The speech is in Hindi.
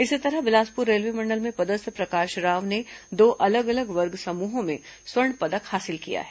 इसी तरह बिलासपुर रेलवे मंडल में पदस्थ प्रकाश राव ने दो अलग अलग वर्ग समूहों में स्वर्ण पदक हासिल किया है